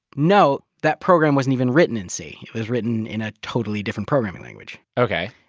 no, that program wasn't even written in c. it was written in a totally different programming language ok.